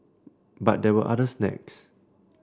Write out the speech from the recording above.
but there were other snags